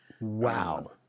wow